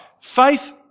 Faith